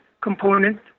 component